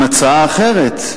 עם הצעה אחרת,